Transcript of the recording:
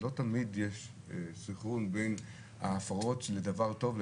לא תמיד יש סנכרון בין ההפרעות שזה דבר טוב,